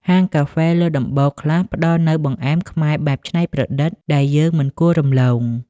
ហាងកាហ្វេលើដំបូលខ្លះផ្ដល់នូវបង្អែមខ្មែរបែបច្នៃប្រឌិត ដែលយើងមិនគួររំលង។ (